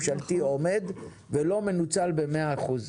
זה משאב ממשלתי עומד ולא מנוצל במאה אחוז.